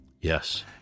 Yes